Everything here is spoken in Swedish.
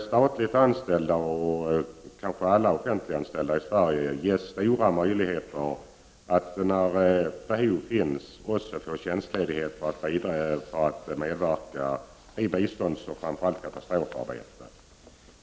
Statligt anställda, kanske alla offentliganställda, ges stora möjligheter att när behov finns få tjänstledighet för att medverka i biståndsoch framför allt katastrofarbete.